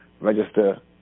register